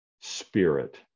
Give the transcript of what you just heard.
spirit